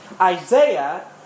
Isaiah